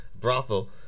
brothel